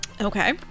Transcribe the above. Okay